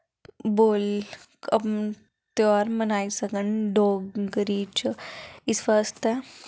बोल तेहार बनाई सकन डोगरी च इस बास्तै